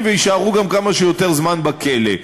וגם שהם יישארו כמה שיותר זמן בכלא.